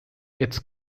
its